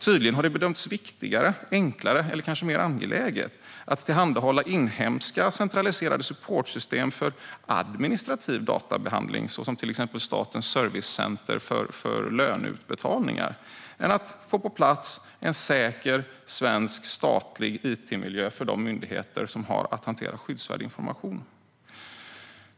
Tydligen har det bedömts viktigare, enklare eller kanske mer angeläget att tillhandahålla inhemska, centraliserade supportsystem för administrativ databehandling, såsom till exempel Statens servicecenter för löneutbetalningar, än att få på plats en säker svensk statlig it-miljö för de myndigheter som har att hantera skyddsvärd information.